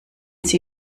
sie